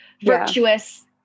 virtuous